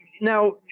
Now